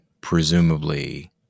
presumably